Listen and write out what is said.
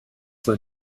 mein